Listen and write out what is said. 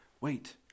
Wait